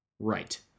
Right